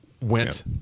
went